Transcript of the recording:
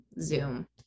Zoom